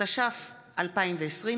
התש"ף 2020,